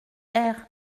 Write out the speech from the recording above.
quatre